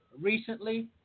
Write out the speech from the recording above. recently